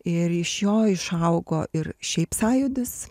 ir iš jo išaugo ir šiaip sąjūdis